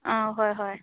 ꯑꯪ ꯍꯣꯏ ꯍꯣꯏ